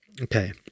Okay